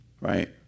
right